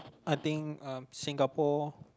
I think um Singapore